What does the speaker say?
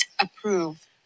approve